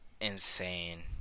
insane